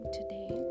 today